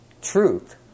truth